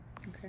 Okay